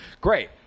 great